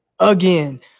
again